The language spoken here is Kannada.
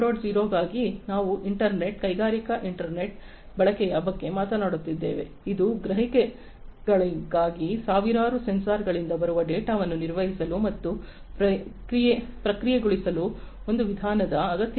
0 ಗಾಗಿ ನಾವು ಇಂಟರ್ನೆಟ್ ಕೈಗಾರಿಕಾ ಇಂಟರ್ನೆಟ್ ಬಳಕೆಯ ಬಗ್ಗೆ ಮಾತನಾಡುತ್ತಿದ್ದೇವೆ ಇದು ಗ್ರಹಿಕೆಗಳಿಗಾಗಿ ಸಾವಿರಾರು ಸೆನ್ಸಾರ್ಗಳಿಂದ ಬರುವ ಡೇಟಾವನ್ನು ನಿರ್ವಹಿಸಲು ಮತ್ತು ಪ್ರಕ್ರಿಯೆಗೊಳಿಸಲು ಒಂದು ವಿಧಾನದ ಅಗತ್ಯವಿದೆ